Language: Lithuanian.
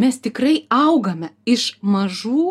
mes tikrai augame iš mažų